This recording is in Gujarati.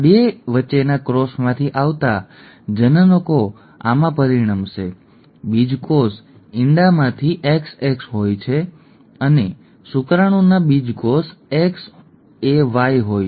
આ 2 વચ્ચેના ક્રોસમાંથી આવતા જનનકો આમાં પરિણમશે બીજકોષ ઇંડામાંથી XAXA હોય છે અને શુક્રાણુના બીજકોષ Xa Y હોય છે